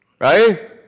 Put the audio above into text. Right